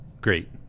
great